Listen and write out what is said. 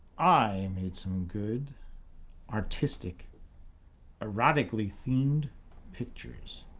i made some good artistic erotically-themed pictures.